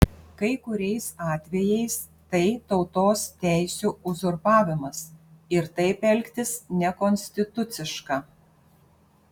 kai kuriais atvejais tai tautos teisių uzurpavimas ir taip elgtis nekonstituciška